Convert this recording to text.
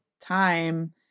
time